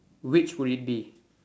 which would it be